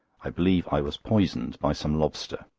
i believe i was poisoned by some lobster.